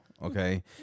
okay